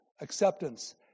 acceptance